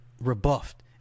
rebuffed